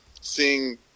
seeing